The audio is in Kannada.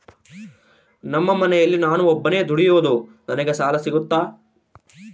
ನಮ್ಮ ಮನೆಯಲ್ಲಿ ನಾನು ಒಬ್ಬನೇ ದುಡಿಯೋದು ನನಗೆ ಸಾಲ ಸಿಗುತ್ತಾ?